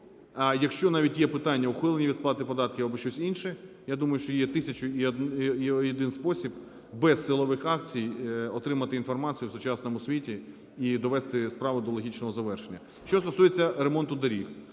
а якщо навіть є питання ухилення від сплати податків або щось інше, я думаю, що є тисяча і один спосіб без силових акцій отримати інформацію у сучасному світі і довести справу до логічного завершення. Що стосується ремонту доріг,